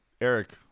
Eric